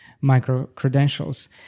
micro-credentials